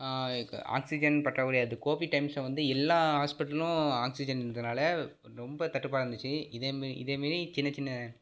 oxygen பற்றாக்குறை அது Covid டைம்ஸ்ல வந்து எல்லா ஹாஸ்பிடல்லும் ஆக்சிஜன் இருந்ததனால ரொம்ப தட்டுப்பாடாருந்துச்சு இதே மாரி இதே மாரி சின்ன சின்ன